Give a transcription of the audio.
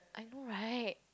I know right